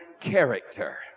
character